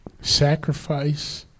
sacrifice